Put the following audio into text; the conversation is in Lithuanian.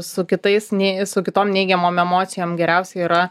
su kitais nė su kitom neigiamom emocijom geriausiai yra